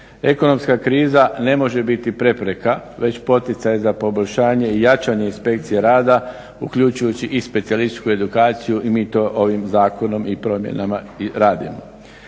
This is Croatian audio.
Ekonomska kriza ne može biti prepreka već poticaj za poboljšanje i jačanje inspekcije rada, uključujući i specijalističku edukaciju i mi to ovim zakonom i promjenama radimo.